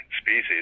species